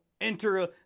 enter